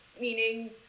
meaning